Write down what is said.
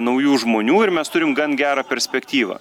naujų žmonių ir mes turim gan gerą perspektyvą